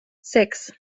six